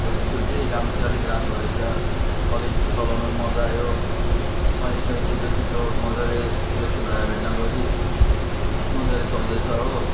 हो जसको जे काम चाहिँ अलिक राम्रो रहेछ अलिक चलाउन नि मजा आयो स्वाइँ स्वाइँ छिटो छिटो मजाले बेसी भाइब्रेट नगरी मजाले चल्दैछ हो